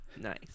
Nice